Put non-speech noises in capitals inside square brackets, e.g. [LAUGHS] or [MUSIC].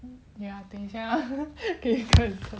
ya 等一下 [LAUGHS] 等一下你看